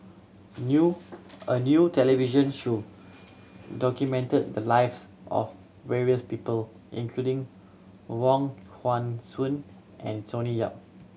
new a new television show documented the lives of various people including Wong Hong Suen and Sonny Yap